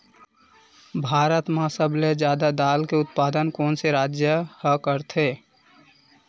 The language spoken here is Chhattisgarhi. भारत मा सबले जादा दाल के उत्पादन कोन से राज्य हा करथे?